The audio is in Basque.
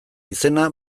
izena